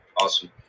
Awesome